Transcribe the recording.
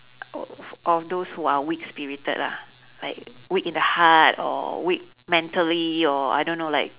all those who are weak spirited lah like weak in the heart or weak mentally or I don't know like